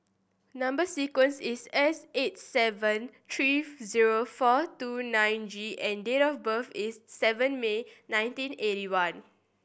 number sequence is S eight seven three zero four two nine G and date of birth is seven May nineteen eighty one